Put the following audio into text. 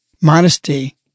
modesty